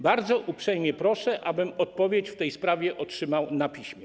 Bardzo uprzejmie proszę, abym odpowiedź w tej sprawie otrzymał na piśmie.